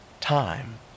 time